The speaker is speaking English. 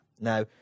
Now